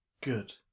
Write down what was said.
Good